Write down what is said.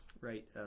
right